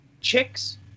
Chicks